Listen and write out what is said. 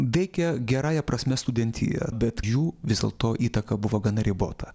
veikė gerąja prasme studentiją bet jų vis dėlto įtaka buvo gana ribota